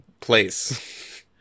place